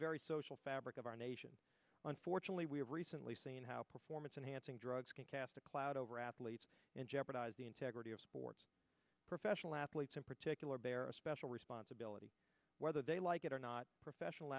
very social fabric of our nation unfortunately we have recently seen how performance enhancing drugs can cast a cloud over athletes and jeopardize the integrity of sports professional athletes in particular bear a special responsibility whether they like it or not professional